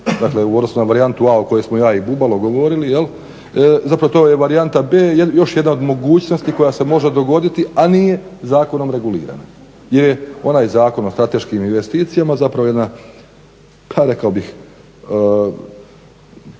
dakle u odnosu na varijantu A o kojoj smo ja i Bubalo govorili, zapravo to je varijanta B, još jedna od mogućnosti koja se može dogoditi, a nije zakonom regulirana jer je onaj zakon o strateškim investicijama zapravo jedan